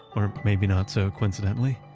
or maybe not so coincidentally,